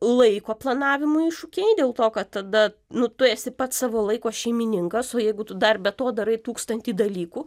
laiko planavimo iššūkiai dėl to kad tada nu tu esi pats savo laiko šeimininkas o jeigu tu dar be to darai tūkstantį dalykų